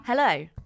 Hello